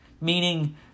meaning